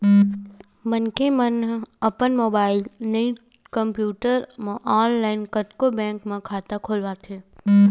मनखे मन अपन मोबाईल नइते कम्प्यूटर म ऑनलाईन कतको बेंक म खाता खोलवाथे